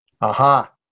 Aha